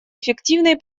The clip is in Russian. эффективной